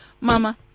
mama